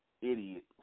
idiot